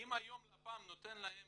אם היום לפ"מ נ ותן להם